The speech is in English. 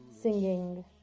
singing